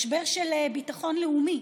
משבר של ביטחון לאומי.